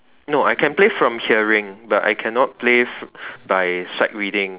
no I can play from hearing but I cannot play by sight reading